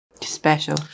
special